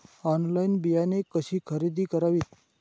Online बियाणे कशी खरेदी करावीत?